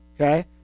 okay